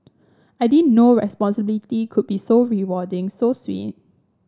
I didn't know responsibility could be so rewarding so sweet